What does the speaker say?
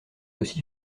aussi